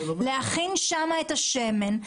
להכין שם את השמן,